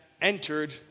entered